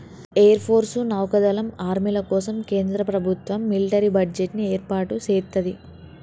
air force, నౌకా దళం, ఆర్మీల కోసం కేంద్ర ప్రభుత్వం మిలిటరీ బడ్జెట్ ని ఏర్పాటు సేత్తది